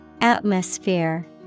Atmosphere